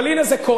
אבל הנה זה קורה.